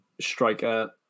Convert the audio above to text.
striker